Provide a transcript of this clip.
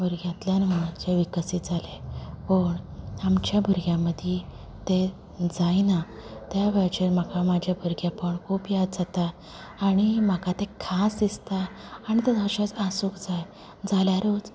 भुरग्यांतल्यान आमचे विकसीत जाले पूण आमच्या भुरग्यां मदी तें जायना त्या वेळाचेर म्हाका म्हाजें भुरगेंपण खूब याद जाता आनी म्हाका तें खास दिसता आनी तें अशेंच आसूंक जाय जाल्यारूच